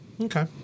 Okay